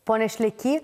pone šleky